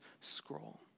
scroll